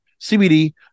CBD